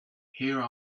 here